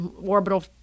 orbital